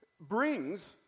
brings